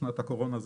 בשנת הקורונה,